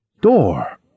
Door